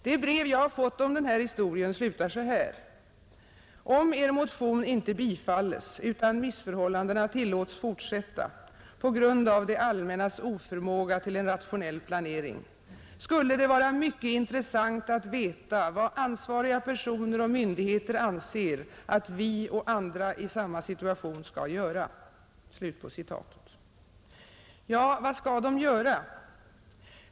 Det brev jag fått om denna historia slutar så här: ”Om er motion inte bifalles utan missförhållandena tillåts fortsätta på grund av det allmännas oförmåga till en rationell planering, skulle det vara mycket intressant att — Nr 86 veta vad ansvariga personer och myndigheter anser att vi och andra i Torsdagen den samma situation ska göra.” 13 maj 1971 Ja, vad skall de göra?